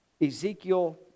Ezekiel